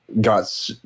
got